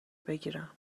بگیرم